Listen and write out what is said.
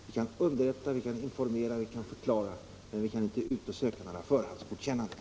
Vi kan underrätta, informera och förklara men vi kan inte gå ut och söka några förhandsgodkännanden.